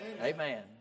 Amen